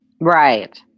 Right